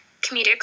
comedic